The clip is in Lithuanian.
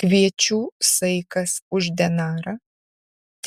kviečių saikas už denarą